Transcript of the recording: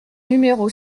numéro